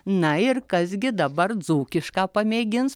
na ir kas gi dabar dzūkišką pamėgins